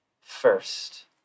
first